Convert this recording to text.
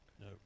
No